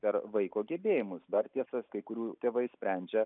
per vaiko gebėjimus dar tiesa kai kurių tėvai sprendžia